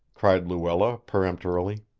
cried luella peremptorily.